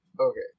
Okay